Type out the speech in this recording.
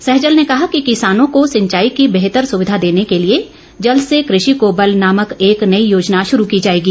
सहजल ने कहा किसानों को सिंचाई की बेहतर सुविधा देने के लिए जल से कृषि को बल नामक एक नई योजना शुरू की जाएगी